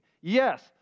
yes